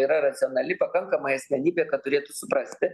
yra racionali pakankamai asmenybė kad turėtų suprasti